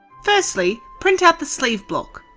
firstly, print out the sleeve block.